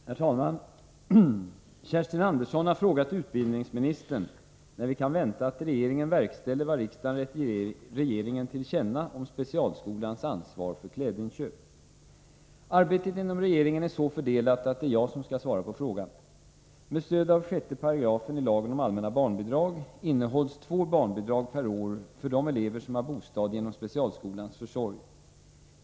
Herr talman! Kerstin Andersson har frågat utbildningsministern när vi kan vänta att regeringen verkställer vad riksdagen gett regeringen till känna om specialskolans ansvar för klädinköp. Arbetet inom regeringen är så fördelat att det är jag som skall svara på frågan. Med stöd av 6 § lagen om allmänna barnbidrag innehålls två barnbidrag per år för de elever som har bostad genom specialskolans försorg.